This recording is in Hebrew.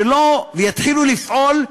שיתחילו לפעול,